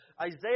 Isaiah